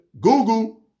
Google